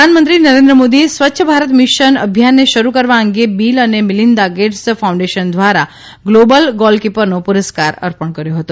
પ્રધાનમંત્રી નરેન્દ્ર મોદીને સ્વચ્છ ભારત મિશન ભિયાનને શરૂ કરવા અંગે બીલ ને મીલિન્દા ગેટ્સ ફાઉન્ઠેશન દ્વારા ગ્લોબલ ગોલકીપરનો પુરસ્કાર પંણ કર્યો હતો